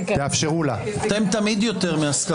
אתם תמיד יותר מהסקרים.